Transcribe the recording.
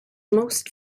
most